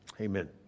amen